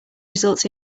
results